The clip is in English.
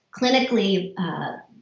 clinically